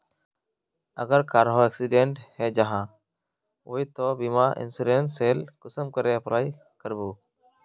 अगर कहारो एक्सीडेंट है जाहा बे तो बीमा इंश्योरेंस सेल कुंसम करे अप्लाई कर बो?